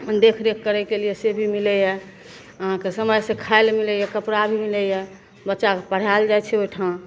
देखरेख करैके लिए से भी मिलैए अहाँकेँ समयसे खाइ ले मिलैए कपड़ा भी मिलैए बच्चाकेँ पढ़ाएल जाइ छै ओहिठाम